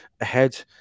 ahead